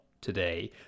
today